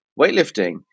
weightlifting